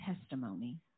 testimony